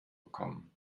bekommen